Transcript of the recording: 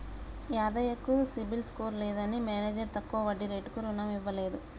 యాదయ్య కు CIBIL score లేదని manager తక్కువ వడ్డీ రేటుకు రుణం ఇవ్వలేదు